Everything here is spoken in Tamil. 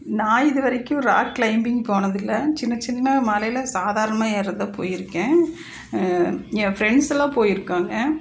நான் இது வரைக்கும் ராக் கிளைம்பிங் போனதில்லை சின்ன சின்ன மலையில் சாதாரணமாக ஏறுவது தான் போயிருக்கேன் என் ஃப்ரெண்ட்ஸ் எல்லாம் போயிருக்காங்க